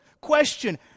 Question